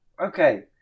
Okay